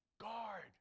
guard